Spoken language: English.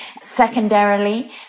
Secondarily